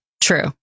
true